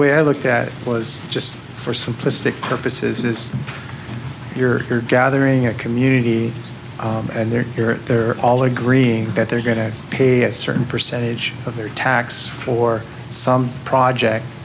way i looked at it was just for simplistic purposes you're gathering a community and they're here they're all agreeing that they're going to pay a certain percentage of their tax for some project